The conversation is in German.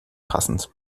passend